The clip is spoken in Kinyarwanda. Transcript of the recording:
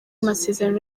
masezerano